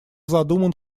задуман